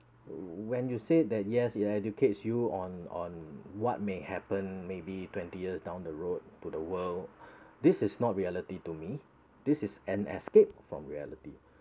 when you say that yes they educate you on on what may happen maybe twenty years down the road to the world this is not reality to me this is an escape from reality